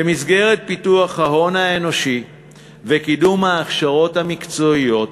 במסגרת פיתוח ההון האנושי וקידום ההכשרות המקצועיות,